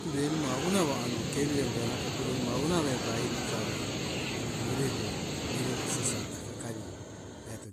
Pure amimo awunato kerire umbe nate purena awo animo awunat kerire ewuja amo mirere mirere husasa hakakari